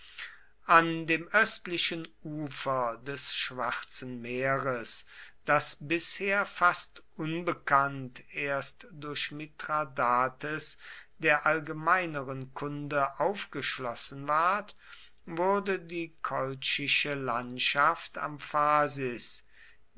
an dem östlichen ufer des schwarzen meeres das bisher fast unbekannt erst durch mithradates der allgemeineren kunde aufgeschlossen ward wurde die kolchische landschaft am phasis